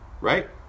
right